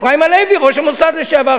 אפרים הלוי, ראש המוסד לשעבר.